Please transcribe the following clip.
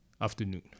afternoon